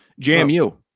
JMU